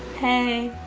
hey